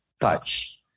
touch